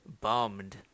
bummed